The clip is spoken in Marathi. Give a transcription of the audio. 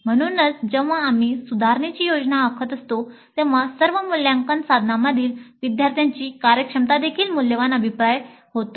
म्हणूनच जेव्हा आम्ही सुधारणेची योजना आखत असतो तेव्हा सर्व मूल्यांकन साधनांमधील विद्यार्थ्यांची कार्यक्षमता देखील एक मूल्यवान अभिप्राय होतो